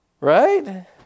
Right